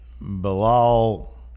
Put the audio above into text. Bilal